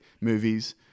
movies